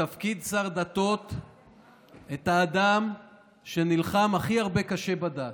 לתפקיד שר דתות את האדם שנלחם הכי הרבה קשה בדת,